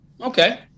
okay